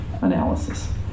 analysis